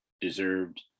deserved